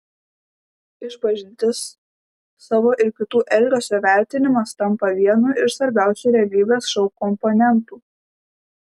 išpažintis savo ir kitų elgesio vertinimas tampa vienu iš svarbiausių realybės šou komponentų